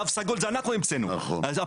אנחנו המצאנו "תו סגול".